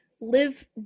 live